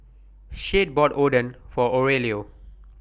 Shade bought Oden For Aurelio